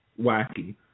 wacky